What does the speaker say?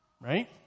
Right